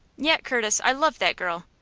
yet, curtis, i love that girl.